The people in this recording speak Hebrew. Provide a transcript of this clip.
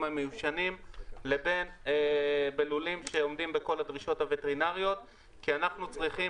המיושנים לבין לולים שעומדים בכל הדרישות הווטרינריות כי אנחנו צריכים,